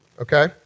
Okay